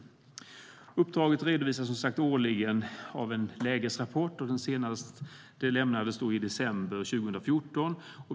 Uppdraget redovisas årligen i en lägesrapport. Den senaste lämnades i december 2014.